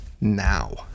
now